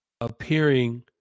appearing